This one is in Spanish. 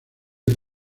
del